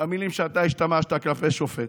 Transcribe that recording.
במילים שאתה השתמשת כלפי שופט,